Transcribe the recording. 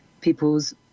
people's